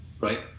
right